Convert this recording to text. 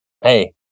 hey